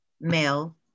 male